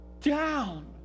down